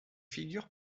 figure